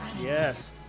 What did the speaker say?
Yes